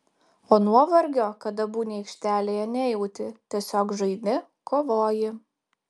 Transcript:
o nuovargio kada būni aikštelėje nejauti tiesiog žaidi kovoji